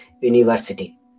university